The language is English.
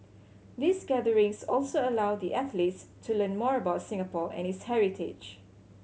these gatherings also allow the athletes to learn more about Singapore and its heritage